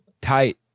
tight